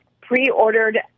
pre-ordered